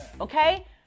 okay